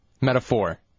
Metaphor